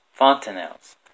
fontanelles